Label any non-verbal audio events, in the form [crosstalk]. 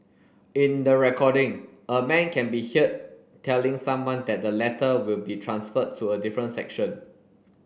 in the recording a man can be [unintelligible] telling someone that the latter will be transferred to a different section